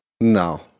No